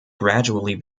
gradually